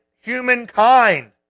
humankind